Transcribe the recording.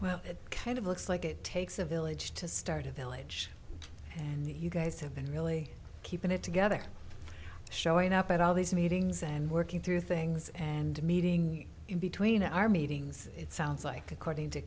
well it kind of looks like it takes a village to start a village and you guys have been really keeping it together showing up at all these meetings and working through things and meeting in between our meetings it sounds like according to